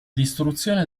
distruzione